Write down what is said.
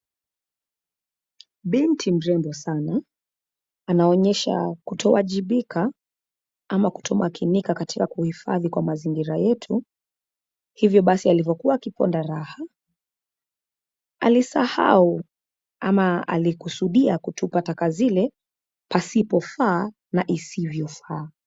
Binti mrembo sana, anaonyesha kutoajibika ama kutomakinika katika kuhifadhi kwa mazingiwa yetu. Hivyo basi alivyokuwa akiponda raha alisahau ama alikusudia kutupa taka zile pasipofaa na isivyofaa.